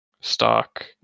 stock